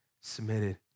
submitted